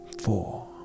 four